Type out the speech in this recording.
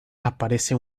aparece